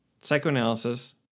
psychoanalysis